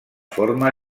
forma